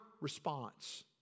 response